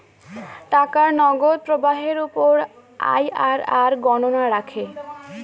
টাকার নগদ প্রবাহের উপর আইআরআর গণনা রাখে